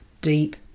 deep